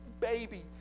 baby